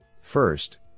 First